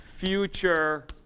future